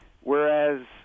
whereas